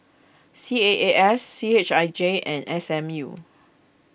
C A A S C H I J and S M U